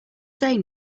say